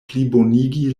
plibonigi